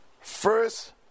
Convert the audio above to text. first